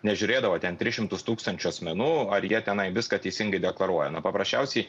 nežiūrėdavo ten tris šimtus tūkstančių asmenų ar jie tenai viską teisingai deklaruoja na paprasčiausiai